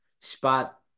spot